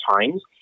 times